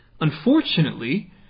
Unfortunately